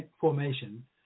formation